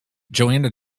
johanna